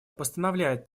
постановляет